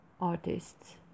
artists